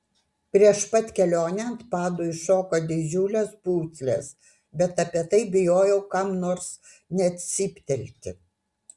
prieš pat kelionę ant padų iššoko didžiulės pūslės bet apie tai bijojau kam nors net cyptelti